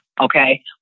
Okay